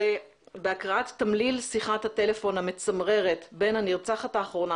בהקראת תמליל שיחת הטלפון המצמררת בין הנרצחת האחרונה,